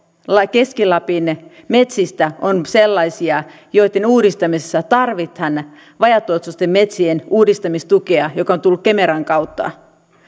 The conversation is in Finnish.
keski lapin metsistä on sellaisia joitten uudistamisessa tarvitaan vajaatuottoisten metsien uudistamistukea joka on tullut kemeran kautta